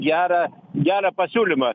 gerą gerą pasiūlymą